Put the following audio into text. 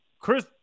Chris